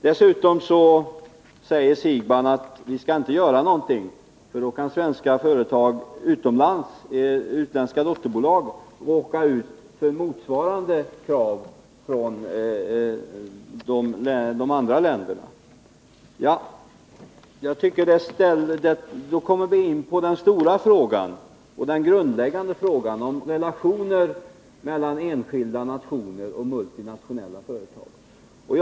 Dessutom säger Bo Siegbahn att vi inte skall göra någonting, därför att svenska dotterbolag utomlands då skulle kunna råka ut för motsvarande krav från de andra länderna. Ja, då kommer vi in på den stora och grundläggande frågan om relationer mellan enskilda nationer och multinationella företag.